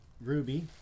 ruby